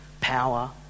power